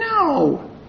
No